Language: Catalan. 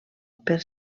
per